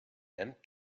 and